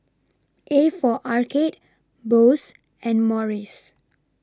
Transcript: A For Arcade Bose and Morries